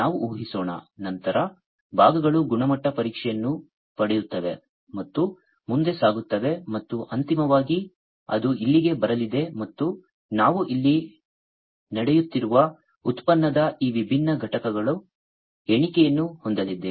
ನಾವು ಊಹಿಸೋಣ ನಂತರ ಭಾಗಗಳು ಗುಣಮಟ್ಟ ಪರೀಕ್ಷೆಯನ್ನು ಪಡೆಯುತ್ತವೆ ಮತ್ತು ಮುಂದೆ ಸಾಗುತ್ತವೆ ಮತ್ತು ಅಂತಿಮವಾಗಿ ಅದು ಇಲ್ಲಿಗೆ ಬರಲಿದೆ ಮತ್ತು ನಾವು ಇಲ್ಲಿ ನಡೆಯುತ್ತಿರುವ ಉತ್ಪನ್ನದ ಈ ವಿಭಿನ್ನ ಘಟಕಗಳ ಎಣಿಕೆಯನ್ನು ಹೊಂದಲಿದ್ದೇವೆ